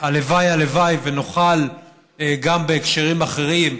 והלוואי הלוואי שנוכל גם בהקשרים אחרים,